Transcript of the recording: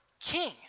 king